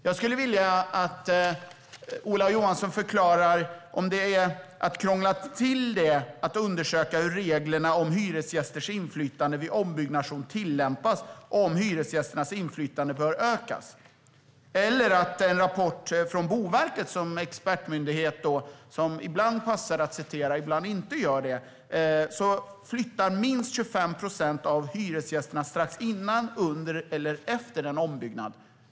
Jag skulle vilja att Ola Johansson förklarar om det är att krångla till det att undersöka hur reglerna om hyresgästers inflytande vid ombyggnation tillämpas och om hyresgästernas inflytande bör öka. Enligt en rapport från Boverket som är expertmyndighet, som det ibland passar att citera och ibland inte, flyttar minst 25 procent av hyresgästerna strax innan, under eller efter en ombyggnad.